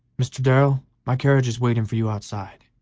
mr. darrell, my carriage is waiting for you outside.